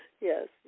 Yes